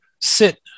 sit